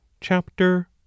Chapter